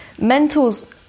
Mentors